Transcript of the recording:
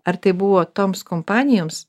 ar tai buvo toms kompanijoms